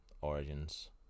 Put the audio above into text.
Origins